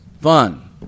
fun